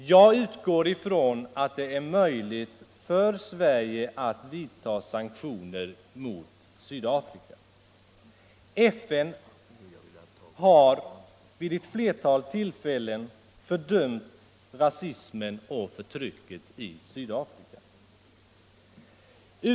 Jag utgår ifrån att det är möjligt för Sverige att vidta sanktioner mot Sydafrika. FN har vid ett flertal tillfällen fördömt rasismen och förtrycket i Sydafrika.